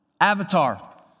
Avatar